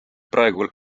praegu